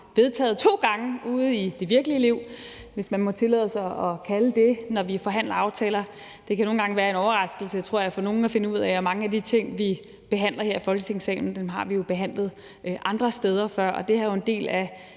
vedtaget to gange ude i det virkelige liv, hvis man må tillade sig at kalde det det, når vi forhandler aftaler. Det kan nogle gange være en overraskelse, tror jeg, for nogle at finde ud af, at mange af de ting, vi behandler her i Folketingssalen, har vi behandlet andre steder før. Og det her er en del af